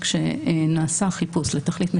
כשנעשה חיפוש לתכלית מסוימת,